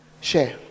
share